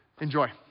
enjoy